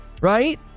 Right